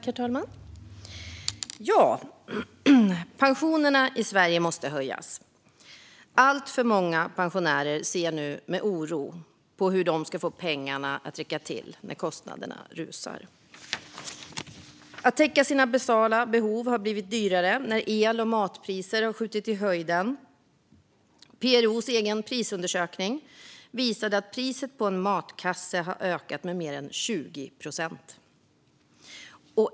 Herr talman! Pensionerna i Sverige måste höjas. Alltför många pensionärer ser nu med oro på hur de ska få pengarna att räcka till när kostnaderna rusar. Att täcka sina basala behov har blivit dyrare när el och matpriser skjutit i höjden. PRO:s egen prisundersökning visade att priset på en matkasse ökat med mer än 20 procent.